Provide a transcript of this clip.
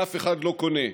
שאף אחד לא קונה,